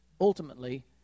ultimately